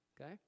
okay